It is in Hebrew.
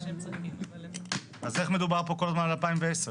אז איך מדובר פה כל הזמן על 2010?